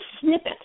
snippet